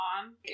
on